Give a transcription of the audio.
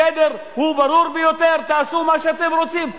השדר הוא ברור ביותר: תעשו מה שאתם רוצים,